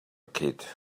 kid